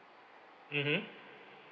mmhmm